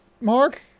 Mark